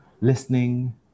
listening